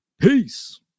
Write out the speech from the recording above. Peace